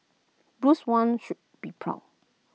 Bruce Wayne would be proud